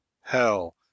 HELL